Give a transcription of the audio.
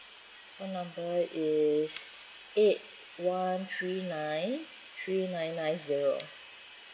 phone number is eight one three nine three nine nine zero